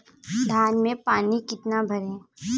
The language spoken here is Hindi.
धान में पानी कितना भरें?